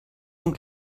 und